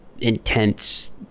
intense